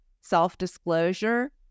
self-disclosure